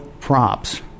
props